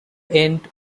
end